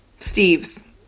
Steves